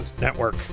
network